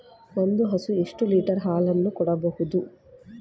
ಒಂದು ಹಸು ಎಷ್ಟು ಲೀಟರ್ ಹಾಲನ್ನು ಕೊಡಬಹುದು?